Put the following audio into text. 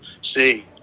see